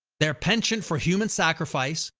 their penchant for human sacrifice,